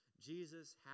Jesus